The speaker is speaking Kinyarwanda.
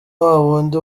wawundi